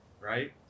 right